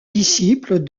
disciples